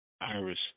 Iris